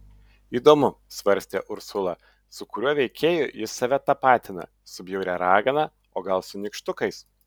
įdomu svarstė ursula su kuriuo veikėju jis save tapatina su bjauria ragana o gal su nykštukais